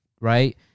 right